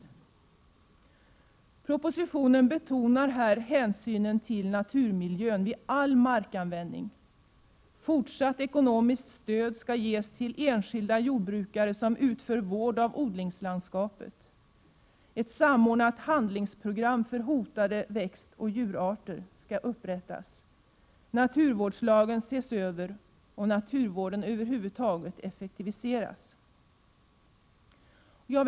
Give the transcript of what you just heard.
I propositionen betonas här hänsynen till naturmiljön vid all markanvändning — fortsatt ekonomiskt stöd skall ges till enskilda jordbrukare som utför vård av odlingslandskapet, ett samordnat handlingsprogram för hotade växt Prot. 1987/: 88:134 och djurarter skall upprättas, naturvårdslagen skall ses över och naturvården 6 juni 1988 effektiviseras över huvud taget.